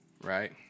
right